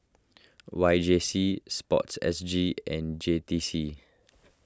Y J C Sports S G and J T C